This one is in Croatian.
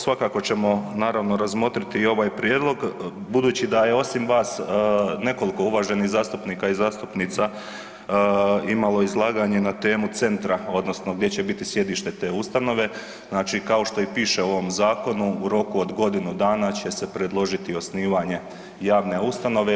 Svakako ćemo naravno, razmotriti i ovaj prijedlog, budući da je osim vas nekoliko uvaženih zastupnika i zastupnica imalo izlaganje na temu centra, odnosno gdje će biti sjedište te ustanove, znači, kao što i piše u ovom zakonu, u roku od godinu dana će se predložiti osnivanje javne ustanove.